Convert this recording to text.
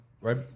Right